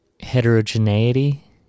heterogeneity